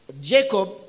Jacob